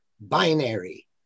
binary